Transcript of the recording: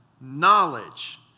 knowledge